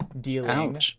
dealing